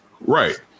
Right